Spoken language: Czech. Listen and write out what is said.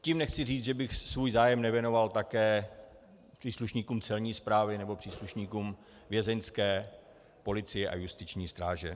Tím nechci říct, že bych svůj zájem nevěnoval také příslušníkům Celní správy nebo příslušníkům vězeňské policie a justiční stráže.